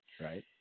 Right